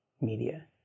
media